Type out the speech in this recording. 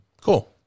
Cool